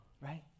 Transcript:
right